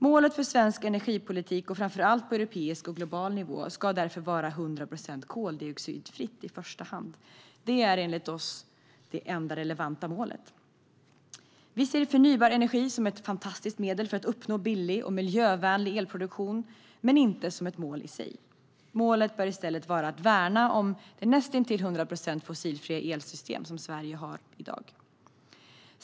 Målet för svensk energipolitik och framför allt på europeisk och global nivå ska därför vara 100 procent koldioxidfritt i första hand. Det är enligt oss det enda relevanta målet. Vi ser förnybar energi som ett fantastiskt medel för att uppnå billig och miljövänlig elproduktion men inte som ett mål i sig själv. Målet bör i stället vara att värna om det näst intill 100 procent fossilfria elsystem som Sverige har i dag.